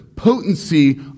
potency